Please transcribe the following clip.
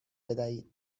بدهید